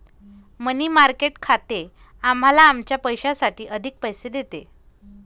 मनी market खाते आम्हाला आमच्या पैशासाठी अधिक पैसे देते